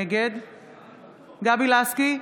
נגד גבי לסקי,